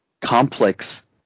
complex